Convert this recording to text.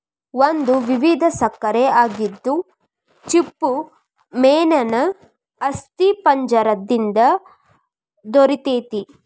ಒಂದು ವಿಧದ ಸಕ್ಕರೆ ಆಗಿದ್ದು ಚಿಪ್ಪುಮೇನೇನ ಅಸ್ಥಿಪಂಜರ ದಿಂದ ದೊರಿತೆತಿ